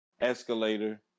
escalator